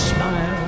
Smile